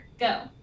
Go